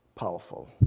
Powerful